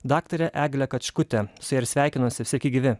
daktarė eglė kačkutė su ja ir sveikinuosi sveiki gyvi